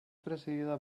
presidida